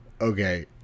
Okay